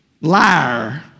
Liar